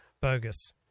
bogus